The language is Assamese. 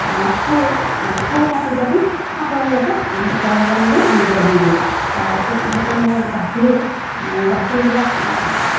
খেৰ খেৰ কাটি কাটি চাপৰৰ লগত গৰম পানীৰে এনেকে দি দিওঁ তাৰপিছত ইহঁতৰ মানে গাখীৰ গাখীৰবিলাক